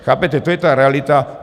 Chápete, to je ta realita.